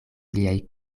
liaj